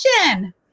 question